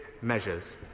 measures